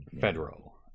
federal